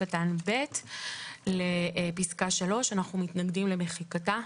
קטן (ב) לפסקה (3): אנחנו מתנגדים למחיקתה.